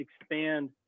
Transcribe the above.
expand